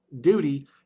duty